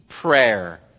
prayer